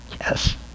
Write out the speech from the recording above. yes